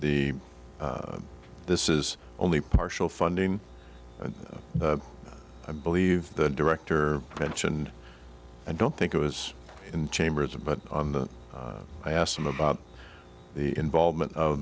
the this is only partial funding and i believe the director mentioned i don't think it was in chambers a but on the i asked him about the involvement of